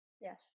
Yes